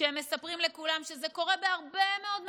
הם מספרים לכולם שזה קורה בהרבה מאוד מדינות,